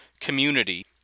community